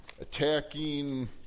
attacking